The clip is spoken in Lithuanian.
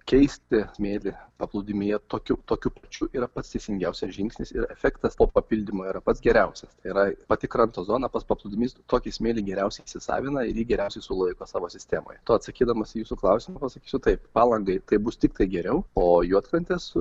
keisti smėlį paplūdimyje tokiu tokiu pačiu yra pats teisingiausias žingsnis ir efektas to papildymo ir pats geriausias yra pati kranto zonapats paplūdimys tokį smėlį geriausiai įsisavina ir geriausiai sulaiko savo sistemoje tuo atsakydamas į jūsų klausimą pasakysiu taip palangai tai bus tiktai geriau o juodkrantės su